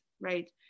right